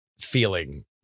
feeling